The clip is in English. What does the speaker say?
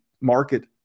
market